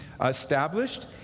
established